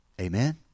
Amen